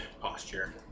posture